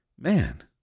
man